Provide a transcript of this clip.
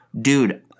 dude